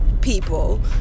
people